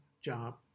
job